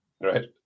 right